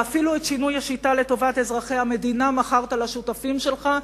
ואפילו את שינוי השיטה לטובת אזרחי המדינה מכרת לשותפים שלך,